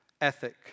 ethic